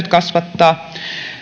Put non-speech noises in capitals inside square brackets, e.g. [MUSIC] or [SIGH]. [UNINTELLIGIBLE] kasvattaa